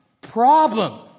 problem